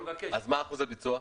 אז מה אחוזי הביצוע?